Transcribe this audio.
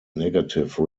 negative